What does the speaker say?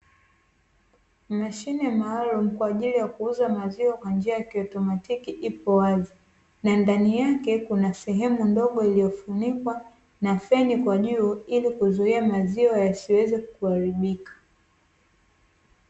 Mashine maalumu kwa ajili ya kuuza maziwa kwa njia ya kiautomatiki iko wazi , na ndani yake Kuna sehemu ndogo iliyofunikwa na feni kwa juu ili kizuia maziwa yasiweze kuharibika.